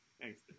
thanks